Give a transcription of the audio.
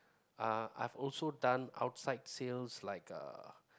uh I've also done outside sales like uh